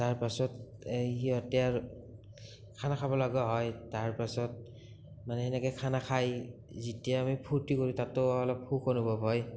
তাৰপাছত সিহঁতে আৰু খানা খাব লগা হয় তাৰপাছত মানে সেনেকে খানা খাই যেতিয়া আমি ফুৰ্তি কৰোঁ তাতো অলপ সুখ অনুভৱ হয়